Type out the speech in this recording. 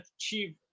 achieve